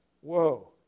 Whoa